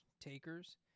takers